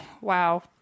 wow